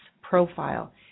profile